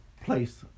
place